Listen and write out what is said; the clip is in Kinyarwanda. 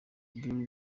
ibirori